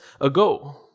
ago